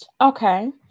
Okay